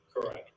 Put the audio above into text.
Correct